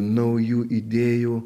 naujų idėjų